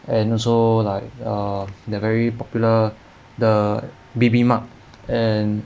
and also like the very popular the bibimbap and